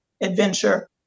adventure